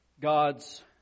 God's